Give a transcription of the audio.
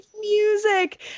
music